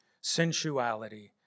sensuality